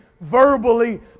verbally